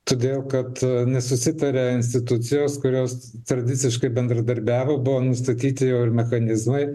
todėl kad nesusitaria institucijos kurios tradiciškai bendradarbiavo buvo nustatyti jau ir mechanizmai